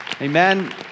Amen